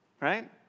right